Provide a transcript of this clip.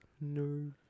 No